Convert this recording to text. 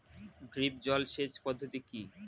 Drip জল সেচ পদ্ধতি কি?